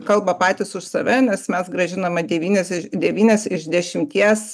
kalba patys už save nes mes grąžinome dešynis iš devynias iš dešimties